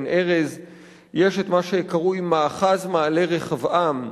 אנחנו ממשיכים בסדר-היום.